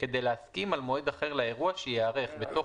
כדי להתאים מועד אחר לאירוע שייערך בתוך